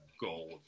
gold